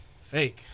Fake